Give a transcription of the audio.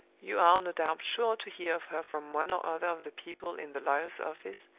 you are no doubt sure to hear of her from one or other of the people in the lawyer's office,